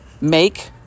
make